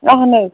اَہن حظ